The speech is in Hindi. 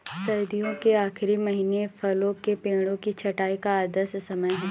सर्दियों के आखिरी महीने फलों के पेड़ों की छंटाई का आदर्श समय है